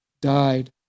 died